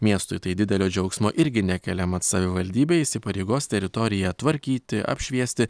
miestui tai didelio džiaugsmo irgi nekelia mat savivaldybė įsipareigos teritoriją tvarkyti apšviesti